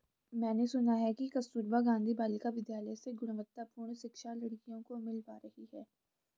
मैंने सुना है कि कस्तूरबा गांधी बालिका विद्यालय से गुणवत्तापूर्ण शिक्षा लड़कियों को मिल पा रही है